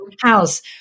house